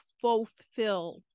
fulfill